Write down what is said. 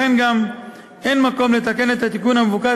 לכן גם אין מקום לתקן את התיקון המבוקש